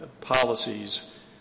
policies